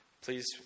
please